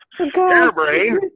Airbrain